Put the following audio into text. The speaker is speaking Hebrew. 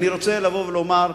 אני רוצה לומר,